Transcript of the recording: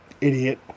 idiot